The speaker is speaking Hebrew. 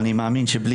האם זו הכנסת,